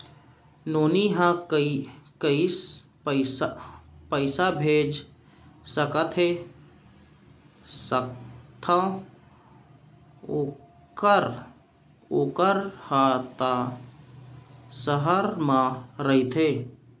नोनी ल कइसे पइसा भेज सकथव वोकर हा त सहर म रइथे?